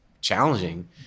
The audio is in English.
challenging